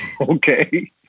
okay